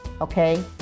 okay